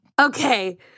Okay